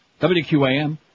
WQAM